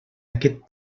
aquest